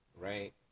right